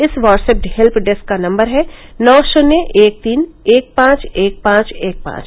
इस WhatsApp help desk का number है नौ शुन्य एक तीन एक पांच एक पांच एक पांच